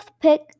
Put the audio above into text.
pick